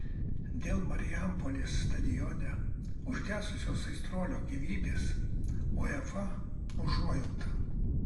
dėl marijampolės stadione užgesusios aistruolio gyvybės uefa užuojauta